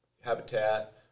habitat